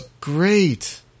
great